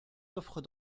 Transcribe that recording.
offres